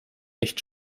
nicht